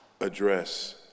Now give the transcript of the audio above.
address